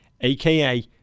aka